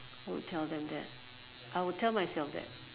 would tell them that I would tell myself that